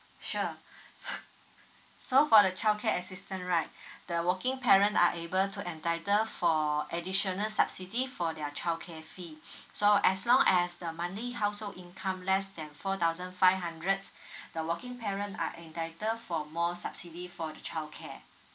sure so so for the childcare assistance right the working parent are able to entitle for additional subsidy for their childcare fee so as long as the monthly household income less than four thousand five hundred the working parent are entitled for more subsidy for the childcare